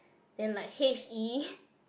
then like H_E